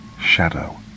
shadow